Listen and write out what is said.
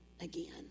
again